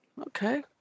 Okay